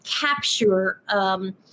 capture